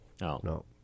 No